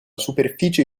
superficie